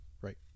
Right